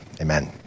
Amen